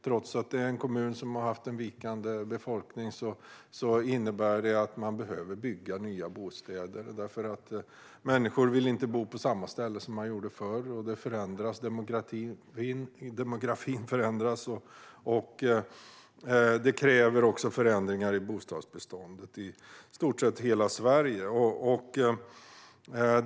Trots att detta är en kommun som har haft en vikande befolkning innebär det alltså att man behöver bygga nya bostäder, för människor vill inte bo på samma ställe som man gjorde förr. Demografin förändras, och det kräver också förändringar i bostadsbeståndet i stort sett i hela Sverige.